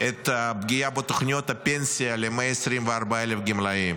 את הפגיעה בתוכניות הפנסיה ל-124,000 גמלאים